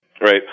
Right